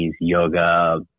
yoga